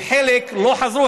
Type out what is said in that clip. וחלק לא חזרו,